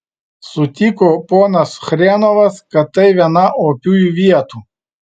sutiko ponas chrenovas kad tai viena opiųjų vietų